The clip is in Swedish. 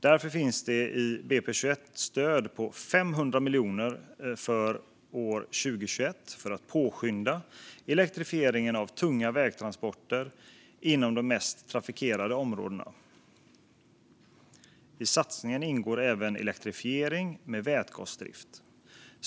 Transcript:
Därför finns i budgetpropositionen ett stöd på 500 miljoner för 2021 för att påskynda elektrifieringen av tunga vägtransporter i de mest trafikerade områdena. I satsningen ingår även elektrifiering med vätgasdrift.